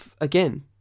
again